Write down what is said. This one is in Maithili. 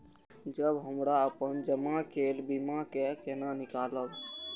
जब हमरा अपन जमा केल बीमा के केना निकालब?